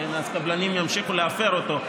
אז קבלנים ימשיכו להפר אותו,